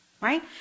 Right